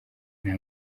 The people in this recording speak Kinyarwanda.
nta